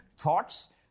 thoughts